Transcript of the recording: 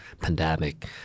pandemic